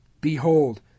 Behold